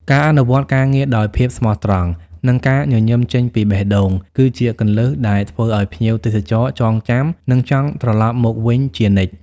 ការអនុវត្តការងារដោយភាពស្មោះត្រង់ និងការញញឹមចេញពីបេះដូង គឺជាគន្លឹះដែលធ្វើឱ្យភ្ញៀវទេសចរចងចាំ និងចង់ត្រឡប់មកវិញជានិច្ច។